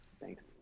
thanks